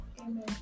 Amen